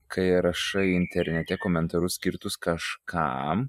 kai rašai internete komentarus skirtus kažkam